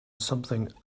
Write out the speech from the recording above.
something